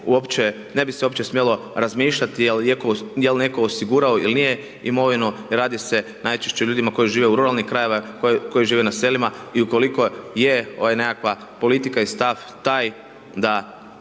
ne bi se uopće smjelo razmišljati je li netko osigurao ili nije imovinu, radi se najčešće o ljudima koji žive u ruralnim krajevima, koji žive na selima i ukoliko je ovaj nekakva politika i stav taj da